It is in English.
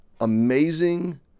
amazing